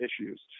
issues